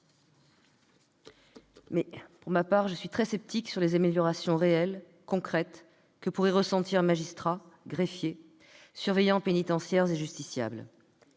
Mais, pour ma part, je suis très sceptique sur les améliorations réelles, concrètes, que pourraient ressentir magistrats, greffiers, surveillants pénitentiaires et justiciables.